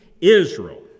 Israel